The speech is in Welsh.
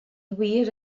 wir